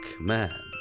Man